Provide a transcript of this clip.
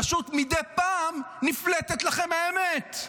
פשוט מדי פעם נפלטת לכם האמת.